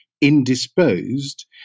indisposed